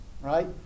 right